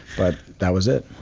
but that was it.